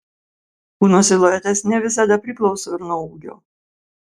kūno siluetas ne visada priklauso ir nuo ūgio